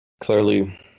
clearly